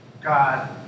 God